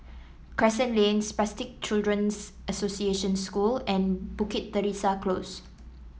Crescent Lane Spastic Children's Association School and Bukit Teresa Close